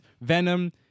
Venom